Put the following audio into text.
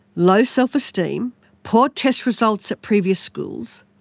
low self-esteem, poor test results at previous schools,